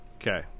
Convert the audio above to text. Okay